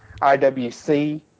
IWC